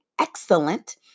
excellent